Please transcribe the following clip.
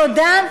תודה,